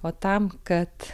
o tam kad